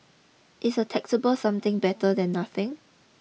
is a taxable something better than nothing